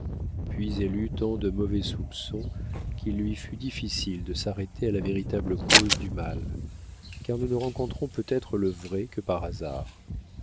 puis elle eut tant de mauvais soupçons qu'il lui fut difficile de s'arrêter à la véritable cause du mal car nous ne rencontrons peut-être le vrai que par hasard